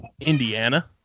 Indiana